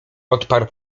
odparł